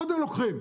קודם כול לוקחים,